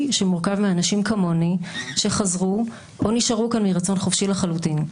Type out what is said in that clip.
שמורכב מאנשים כמוני שחזרו או נשארו כאן מרצון חופשי לחלוטין.